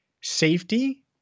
safety